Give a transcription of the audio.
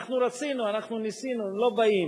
אנחנו רצינו, אנחנו ניסינו, הם לא באים.